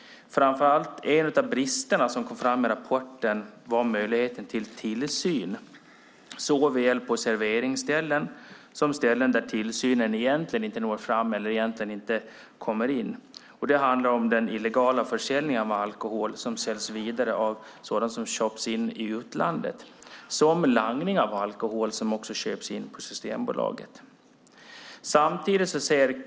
En av bristerna som kom fram i rapporten var möjligheten till tillsyn såväl på serveringsställen som på ställen där tillsynen inte når fram eller kommer in. Det handlar om den illegala försäljningen av alkohol som köpts in i utlandet och langningen av alkohol som köpts in på Systembolaget.